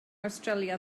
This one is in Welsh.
awstralia